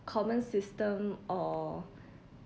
common system or